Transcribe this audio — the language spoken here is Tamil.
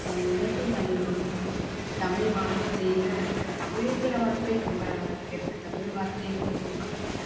எனக்கும் தமிழ் ரொம்ப பிடிக்கும் தமிழ் வார்த்தையில் தமிழுங்கிற வார்த்தை ரொம்ப நல்லா இருக்கு எனக்கு தமிழ் வார்த்தையை ரொம்ப பிடிக்கும்